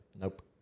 Nope